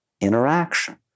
interaction